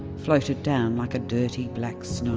floated down like a dirty black snow.